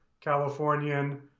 Californian